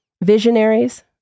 visionaries